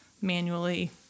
manually